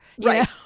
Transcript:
Right